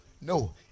No